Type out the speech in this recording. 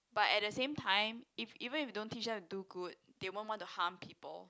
but at the same time if even if you don't teach them to do good they won't want to harm people